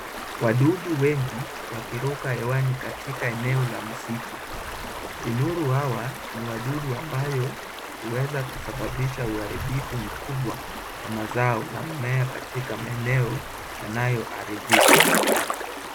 Wadudu wengi wakiruka hewani katika eneo la msitu. Vinuru hawa ni wadudu ambayo huweza kusababisha uharibifu mkubwa kwa mazao na mmea katika maeneo yanayoathirika.